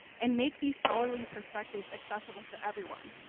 and make these scholarly perspectives accessible to everyone.